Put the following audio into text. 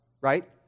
right